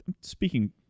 speaking